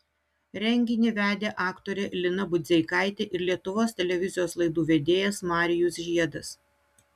renginį vedė aktorė lina budzeikaitė ir lietuvos televizijos laidų vedėjas marijus žiedas